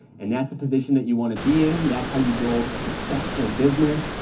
and that's the position that you want to be in. that's how you build a successful business,